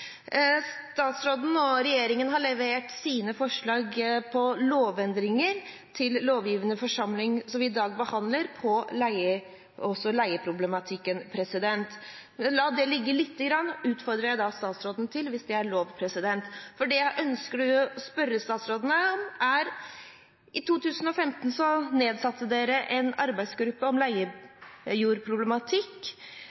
Statsråden og regjeringen har levert sine forslag til lovendringer til lovgivende forsamling, forslag som vi behandler i dag, også om leiejordproblematikken. Men la det ligge lite grann – det utfordrer jeg statsråden til, hvis det er lov. Det jeg ønsker å spørre statsråden om, er: I 2015 nedsatte regjeringen en arbeidsgruppe